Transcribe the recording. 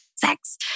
Sex